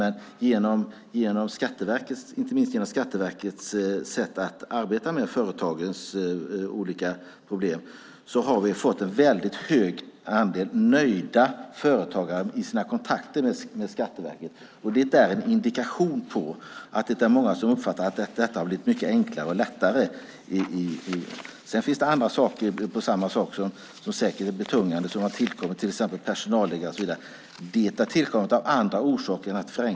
Men inte minst genom Skatteverkets sätt att arbeta med företagens olika problem har vi fått en väldigt hög andel företagare som är nöjda i sina kontakter med Skatteverket. Det är en indikation på att det är många som uppfattar att detta har blivit mycket enklare och lättare. Sedan finns det andra saker som säkert är betungande, som har tillkommit, till exempel personalliggare. Detta har tillkommit av andra orsaker än att man vill förenkla.